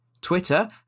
Twitter